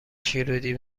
شیرودی